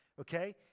okay